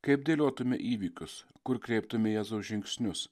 kaip dėliotume įvykius kur kreiptume jėzaus žingsnius